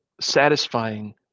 satisfying